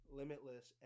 limitless